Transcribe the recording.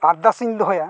ᱟᱨᱫᱟᱥ ᱤᱧ ᱫᱚᱦᱚᱭᱟ